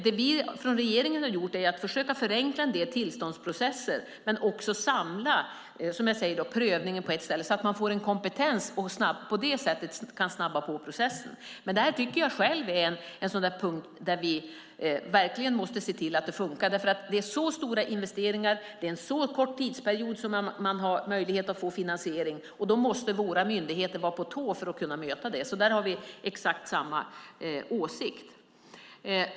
Det vi i regeringen har gjort är att försöka förenkla en del tillståndsprocesser men också samla prövningen på ett ställe, så att man får en kompetens och på det sättet kan snabba på processen. Jag tycker själv att det här är en sådan punkt där vi verkligen måste se till att det fungerar. Det är så stora investeringar och en så kort tidsperiod som man har möjlighet att få finansiering, och då måste våra myndigheter vara på tå för att kunna möta det. Där har vi exakt samma åsikt.